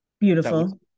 Beautiful